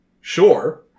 sure